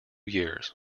years